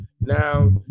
now